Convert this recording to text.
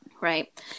right